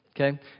Okay